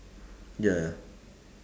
ya ya